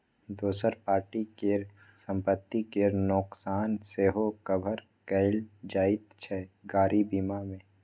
दोसर पार्टी केर संपत्ति केर नोकसान सेहो कभर कएल जाइत छै गाड़ी बीमा मे